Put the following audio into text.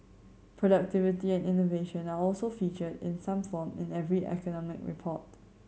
productivity and innovation are also featured in some form in every economic report